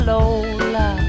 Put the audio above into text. Lola